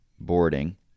boarding